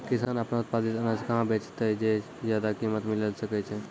किसान आपनो उत्पादित अनाज कहाँ बेचतै जे ज्यादा कीमत मिलैल सकै छै?